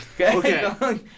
Okay